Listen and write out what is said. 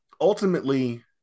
ultimately